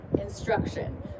instruction